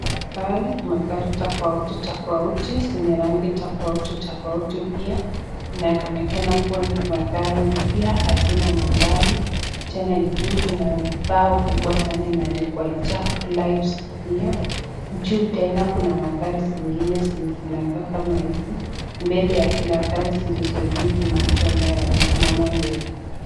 Magari. Magari tofauti tofauti zenye rangi tofauti tofauti. Pia, inaonekana kuwa ni magari mpya hazina nambari. Tena juu kuna bao kubwa sana imeandikwa Jack lives here . Juu tena kuna magari zingine zenye zinakaa kama hizi. Mbele ya kila gari zilizo juu kuna mtu ambaye amesimama mbele.